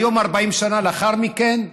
היום, 40 שנה לאחר מכן,